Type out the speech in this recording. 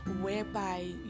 whereby